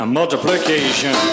multiplication